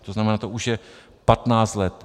To znamená, to už je 15 let.